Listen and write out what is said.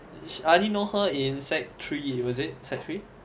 I only know her in sec three eh was it sec three